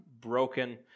broken